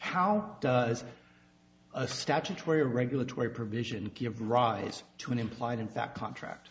how does a statutory regulatory provision give rise to an implied in fact contract